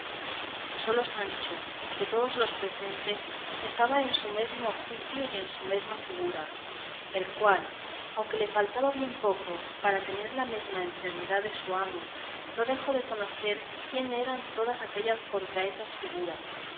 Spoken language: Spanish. sólo sancho de todos los presentes estaba en su mesmo juicio y en su mesma figura el cual aunque le faltaba bien poco para tener la mesma enfermedad de su amo no dejó de conocer quién eran todas aquellas contrahechas figuras